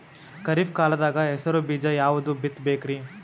ಖರೀಪ್ ಕಾಲದಾಗ ಹೆಸರು ಬೀಜ ಯಾವದು ಬಿತ್ ಬೇಕರಿ?